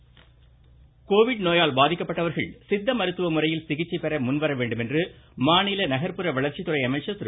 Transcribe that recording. Nehru Covid நோயால் பாதிக்கப்பட்டவர்கள் சித்த மருத்துவ முறையில் சிகிச்சை பெற முன் வர வேண்டுமென மாநில நகர்ப்புற வளர்ச்சித்துறை அமைச்சர் திரு